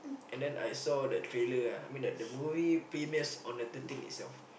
and then I saw the trailer ah I mean the movie premiers on the thirteen itself